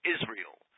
Israel